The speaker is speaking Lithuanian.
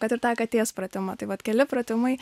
kad ir tą katęs pratimą tai vat keli pratimai